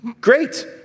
great